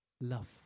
love